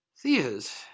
Thea's